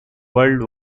world